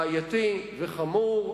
בעייתי וחמור.